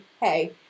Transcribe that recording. hey